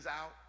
out